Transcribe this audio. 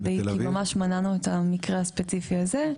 ממש מנענו את המקרה הספציפי הזה.